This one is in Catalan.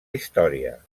història